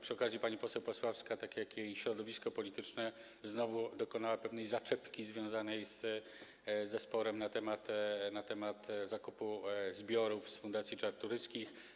Przy okazji pani poseł Pasławska tak jak jej środowisko polityczne znowu dokonała pewnej zaczepki związanej ze sporem na temat zakupu zbiorów z fundacji Czartoryskich.